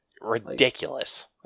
Ridiculous